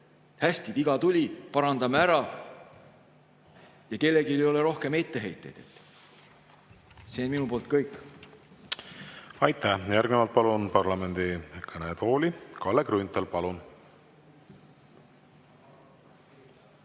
hästi, viga tuli, parandame ära – ja kellelgi ei ole rohkem etteheiteid. See on minu poolt kõik. Aitäh! Järgnevalt palun parlamendi kõnetooli Kalle Grünthali. Palun!